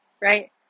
right